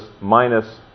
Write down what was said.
minus